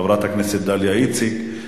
חברת הכנסת דליה איציק.